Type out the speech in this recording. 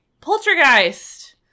Poltergeist